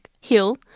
hill